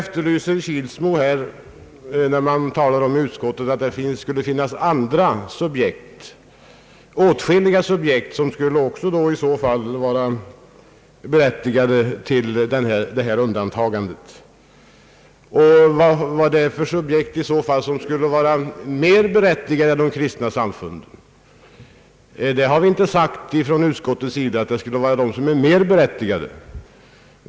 Herr Kilsmo påstod vidare att utskottet skulle ha sagt att om man här skulle göra undantag kunde det finnas åtskilliga andra organisationer som i så fall kunde vara mera berättigade att bli befriade från arbetsgivaravgiften än de kristna församlingarna. Men, sade herr Kilsmo, utskottet talar inte om vilka dessa andra mer berättigade organisationer är. Jag vill understryka att utskottet ingalunda sagt vad herr Kilsmo här gör gällande.